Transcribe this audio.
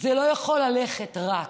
זה לא יכול ללכת רק.